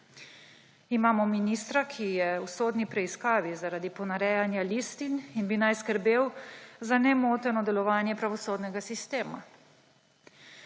Imamo ministra, ki je v sodni preiskavi zaradi ponarejanja listin in bi naj skrbel za nemoteno delovanje pravosodnega sistema.